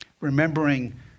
Remembering